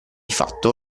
fatto